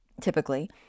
typically